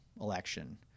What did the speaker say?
election